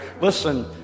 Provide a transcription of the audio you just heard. listen